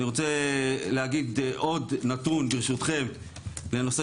אני רוצה להגיד עוד נתון ברשותכם לנושא